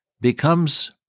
becomes